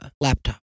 laptop